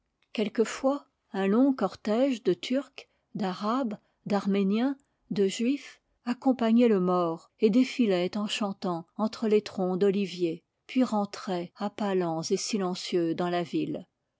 quelquefois un long cortège de turcs d'arabes d'arméniens de juifs accompagnaient le mort et défilaient en chantant entre les troncs d'oliviers puis rentraient à pas lents et silencieusement dans la ville